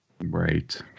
Right